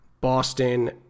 Boston